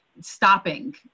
stopping